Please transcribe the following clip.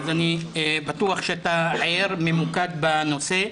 אז אני בטוח שאתה ער, ממוקד בנושא.